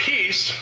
Peace